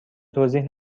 توضیح